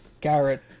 Garrett